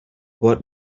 what